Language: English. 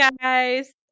guys